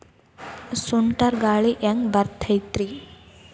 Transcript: ಸುಂಟರ್ ಗಾಳಿ ಹ್ಯಾಂಗ್ ಬರ್ತೈತ್ರಿ?